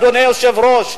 אדוני היושב-ראש,